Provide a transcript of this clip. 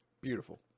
Beautiful